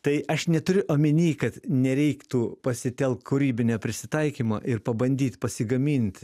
tai aš neturiu omeny kad nereiktų pasitelk kūrybinio prisitaikymo ir pabandyt pasigamint